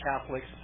Catholics